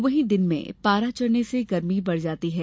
वहीं दिन में पारा चढ़ने से गर्मी बढ़ जाती है